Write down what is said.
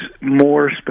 more